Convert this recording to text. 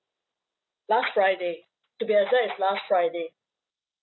last friday to be exact is last friday